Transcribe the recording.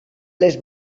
les